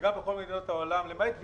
וגם בכל מדינות העולם, למעט וייטנאם,